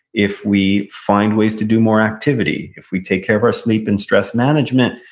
if we find ways to do more activity, if we take care of our sleep and stress management,